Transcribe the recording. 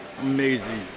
amazing